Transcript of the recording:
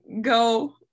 go